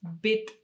bit